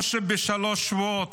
או שבשלושה שבועות